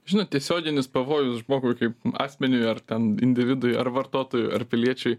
žinot tiesioginis pavojus žmogui kaip asmeniui ar ten individui ar vartotojui ar piliečiui